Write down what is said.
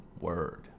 word